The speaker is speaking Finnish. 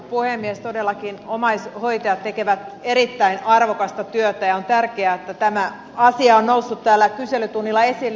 todellakin omaishoitajat tekevät erittäin arvokasta työtä ja on tärkeää että tämä asia on noussut täällä kyselytunnilla esille